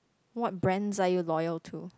what brands are you loyal to